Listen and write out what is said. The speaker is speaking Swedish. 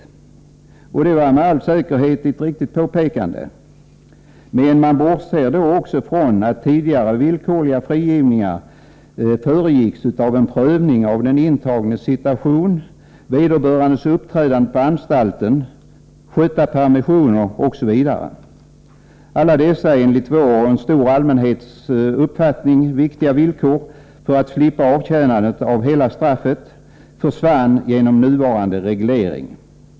Det var med all säkerhet ett riktigt påpekande. Men man bortser då från att tidigare villkorliga frigivningar föregicks av en prövning av den intagnes situation, vederbörandes uppträdande på anstalten samt skötta permissioner, osv. Alla dessa enligt vår och en stor allmänhets uppfattning viktiga villkor för att slippa avtjänandet av hela straffet försvann genom nuvarande reglering.